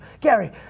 Gary